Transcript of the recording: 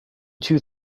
two